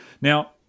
Now